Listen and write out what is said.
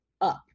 up